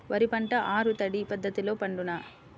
వరి పంట ఆరు తడి పద్ధతిలో పండునా?